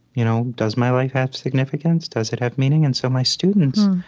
you know does my life have significance? does it have meaning? and so my students,